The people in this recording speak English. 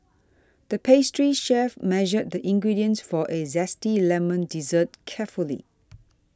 the pastry chef measured the ingredients for a Zesty Lemon Dessert carefully